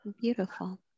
Beautiful